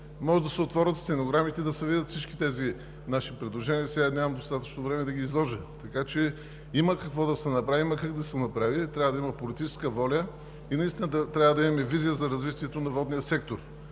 Може да се отворят стенограмите и да се видят всички тези наши предложения, сега нямам достатъчно време да ги изложа. Така че има какво да се направи, има как да се направи, но трябва да има политическа воля и наистина трябва да имаме визия за развитие на Водния сектор.